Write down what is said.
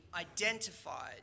identified